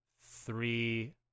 three